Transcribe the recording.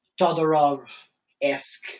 Todorov-esque